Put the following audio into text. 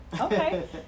Okay